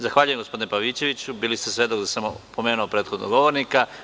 Zahvaljujem, gospodine Pavićeviću bili ste svedok da sam opomenuo prethodnog govornika.